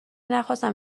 نخواستم